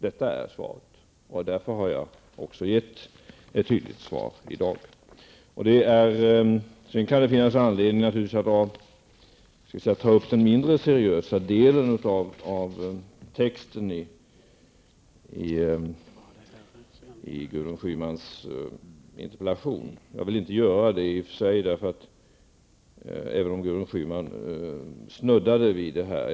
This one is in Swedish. Detta är svaret och därför har jag också gett ett tydligt svar i dag. Sen kan det finnas anledning att ta upp den mindre seriösa delen av texten i Gudrun Schymans interpellation. Jag ville inte göra det i och för sig, även om Gudrun Schyman snuddade vid det här.